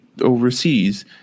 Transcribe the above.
overseas